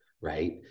Right